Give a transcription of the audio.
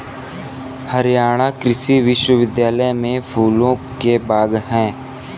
हरियाणा कृषि विश्वविद्यालय में फूलों के बाग हैं